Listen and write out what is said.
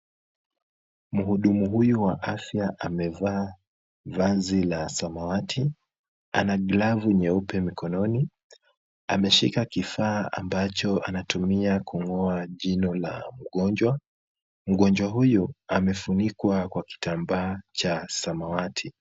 Mhudumu huyu wa afya amevaa vazi la samawati, ana glavu nyeupe mikononi. Ameshika kifaa ambacho anatumia kung'oa jino la mgonjwa .Mgonjwa huyu amefunikwa kwa kitambaa cha samawati .